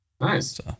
Nice